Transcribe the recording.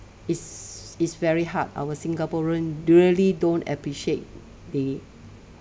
is it's very hard our singaporean really don't appreciate the